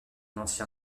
ancien